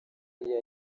iyo